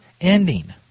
ending